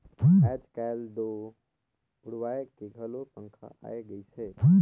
आयज कायल तो उड़वाए के घलो पंखा आये गइस हे